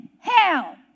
hell